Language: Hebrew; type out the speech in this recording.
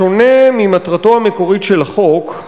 בשונה ממטרתו המקורית של החוק,